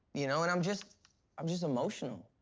you know? and i'm just i'm just emotional.